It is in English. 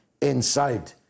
inside